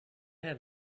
had